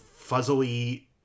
fuzzily